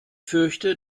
fürchte